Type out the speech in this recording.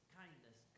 kindness